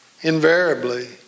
Invariably